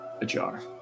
ajar